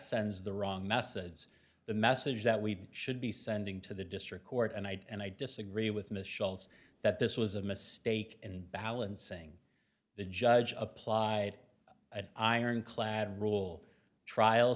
sends the wrong messages the message that we should be sending to the district court and i and i disagree with miss shots that this was a mistake and balancing the judge applied an ironclad rule trial